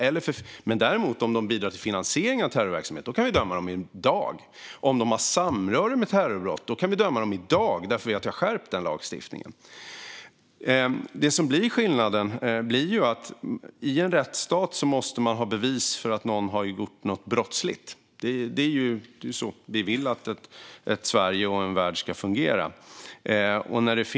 Om de däremot bidrar till finansiering av terrorverksamhet kan vi döma dem i dag. Om de har samröre med terrorbrott kan vi döma dem i dag, för vi har skärpt den lagstiftningen. I en rättsstat måste man ha bevis för att någon har gjort något brottsligt - det är ju så vi vill att Sverige och världen ska fungera.